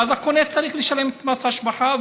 ואז הקונה צריך לשלם את מס ההשבחה,